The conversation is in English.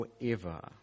forever